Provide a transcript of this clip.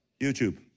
YouTube